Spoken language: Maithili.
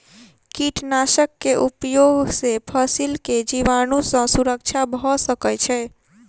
कीटनाशक के उपयोग से फसील के जीवाणु सॅ सुरक्षा भअ सकै छै